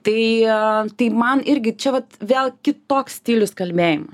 tai tai man irgi čia vat vėl kitoks stilius kalbėjimo